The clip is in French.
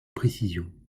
précision